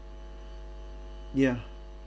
yeah